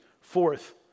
Fourth